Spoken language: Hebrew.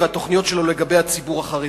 והתוכניות שלו לגבי הציבור החרדי.